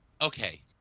okay